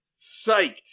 psyched